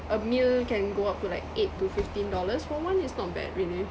a meal can go up to like eight to fifteen dollars for one it's not bad really